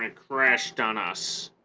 and crashed on us